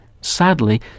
Sadly